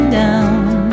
down